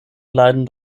leiden